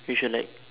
we should like